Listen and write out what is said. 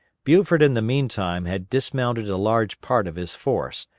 buford in the meantime had dismounted a large part of his force,